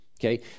Okay